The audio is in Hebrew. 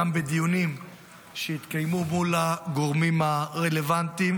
גם בדיונים שהתקיימו מול הגורמים הרלוונטיים.